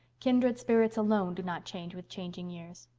kindred spirits alone do not change with changing years.